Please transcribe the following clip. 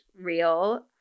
real